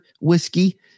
Whiskey